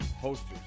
Posters